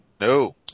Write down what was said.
No